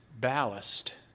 ballast